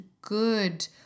good